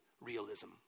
realism